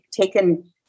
taken